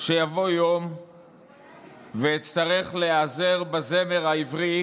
שיבוא יום ואצטרך להיעזר בזמר העברי